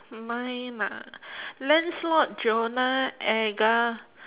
mine ah lancelot jonah edgar